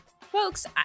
Folks